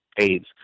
AIDS